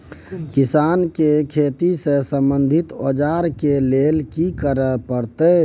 किसान के खेती से संबंधित औजार के लेल की करय परत?